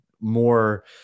more